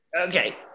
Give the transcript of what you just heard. Okay